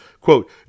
Quote